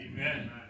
Amen